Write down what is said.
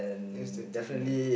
yes I think